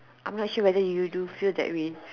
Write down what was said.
I'm not sure whether you do feel that way